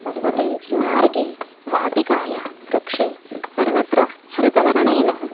पर्वते मार्गे वाटिकायां वृक्षे सर्वत्र हरितवर्णेन